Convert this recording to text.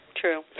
True